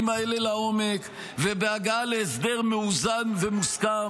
האלה לעומק ובהגעה להסדר מאוזן ומוסכם.